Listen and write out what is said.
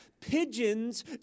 pigeons